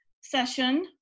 session